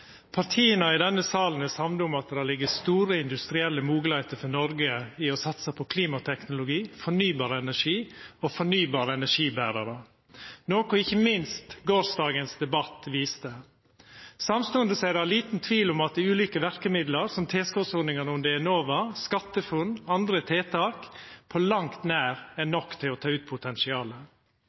samde om at det ligg store industrielle moglegheiter for Noreg i å satsa på klimateknologi, fornybar energi og fornybare energiberarar, noko ikkje minst gårsdagens debatt viste. Samstundes er det liten tvil om at ulike verkemiddel som tilskotsordningane under Enova og SkatteFUNN og andre tiltak på langt nær er nok til å ta ut potensialet